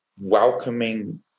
welcoming